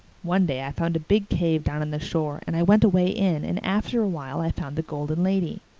one day i found a big cave down on the shore and i went away in and after a while i found the golden lady.